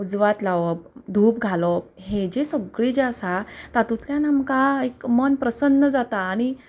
उजवात लावप धूप घालप हें जें सगळें जें आसा तातुंतल्यान आमकां एक मन प्रसन्न जाता आनी